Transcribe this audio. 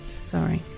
Sorry